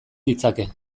ditzake